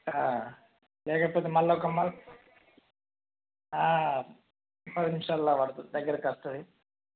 లేకపోతే మళ్ళా ఒక మల్ పది నిమిషాల్లో పడుతుంది దగ్గరకి వస్తుంది